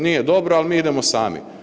Nije dobro, ali mi idemo sami.